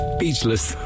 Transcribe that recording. Speechless